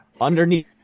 Underneath